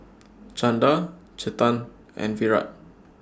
Chanda Chetan and Virat